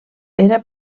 era